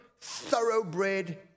thoroughbred